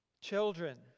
Children